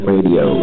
Radio